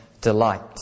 delight